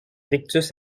rictus